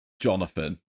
Jonathan